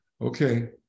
okay